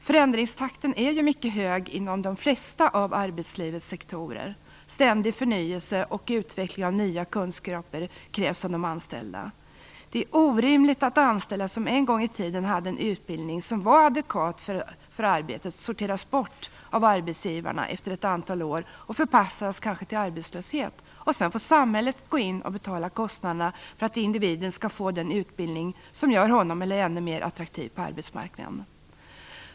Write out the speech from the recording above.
Förändringstakten är ju mycket hög inom de flesta av arbetslivets sektorer. Ständig förnyelse och utveckling av nya kunskaper krävs av de anställda. Det är orimligt att anställda som en gång i tiden hade en utbildning som var adekvat för arbetet sorteras bort av arbetsgivarna efter ett antal år och kanske förpassas till arbetslöshet. Sedan får samhället gå in och betala kostnaderna för att individen skall få den utbildning som gör honom eller henne ännu mer attraktiv på arbetsmarknaden.